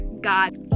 God